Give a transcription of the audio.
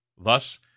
Thus